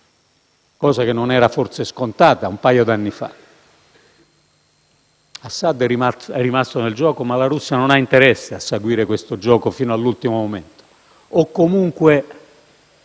cosa che non era forse scontata un paio di anni fa. Assad è rimasto nel gioco, ma la Russia non ha interesse a seguire questo gioco fino in fondo.